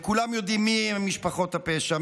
וכולם יודעים מיהן משפחות הפשע,